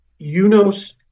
UNOS